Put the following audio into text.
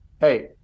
hey